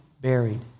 buried